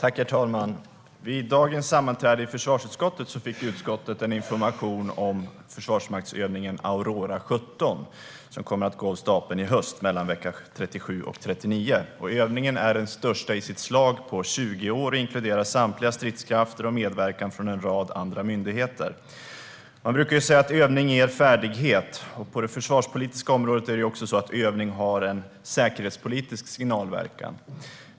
Herr talman! Vid dagens sammanträde i försvarsutskottet fick utskottet en information om försvarsmaktsövningen Aurora 17, som kommer att gå av stapeln i höst mellan veckorna 37 och 39. Övningen är den största i sitt slag på 20 år och inkluderar samtliga stridskrafter och medverkan från en rad andra myndigheter. Man brukar ju säga att övning ger färdighet, och på det försvarspolitiska området har övning också en säkerhetspolitisk signalverkan.